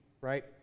right